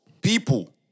people